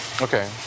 Okay